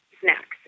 snacks